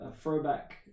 throwback